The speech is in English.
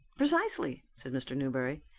precisely, said mr newberry.